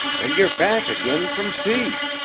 and you're back again from sea!